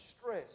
stress